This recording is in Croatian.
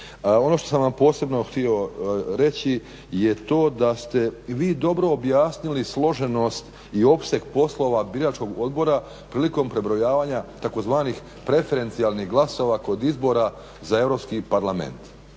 Ono što sam vam posebno htio reći je to da ste vi dobro objasnili složenost i opseg poslova biračkog odbora prilikom prebrojavanja tzv. preferencijalnih glasova kod izbora za Europski parlament